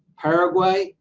paraguay,